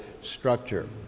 structure